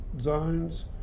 zones